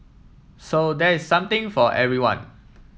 so there is something for everyone